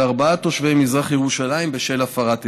ארבעה תושבי מזרח ירושלים בשל הפרת אמונים.